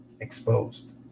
exposed